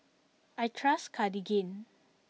I trust Cartigain